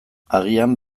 agian